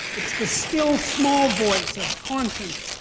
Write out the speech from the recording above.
it's the still, small voice of conscience.